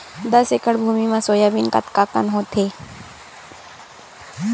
दस एकड़ भुमि म सोयाबीन कतका कन होथे?